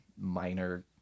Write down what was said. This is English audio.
minor